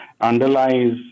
underlies